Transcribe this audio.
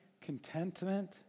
contentment